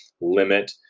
limit